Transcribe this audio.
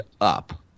up